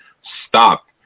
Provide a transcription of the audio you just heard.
stop